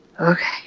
Okay